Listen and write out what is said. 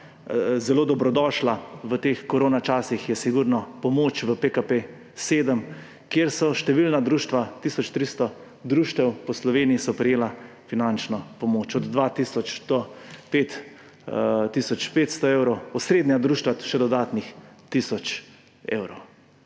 zelo dobrodošle v teh koronačasih, je sigurno pomoč v PKP7, kjer so številna društva, tisoč 300 društev, po Sloveniji prejela finančno pomoč od 2 tisoč do 5 tisoč 500 evrov, osrednja društva še dodatnih tisoč evrov.